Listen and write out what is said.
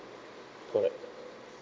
correct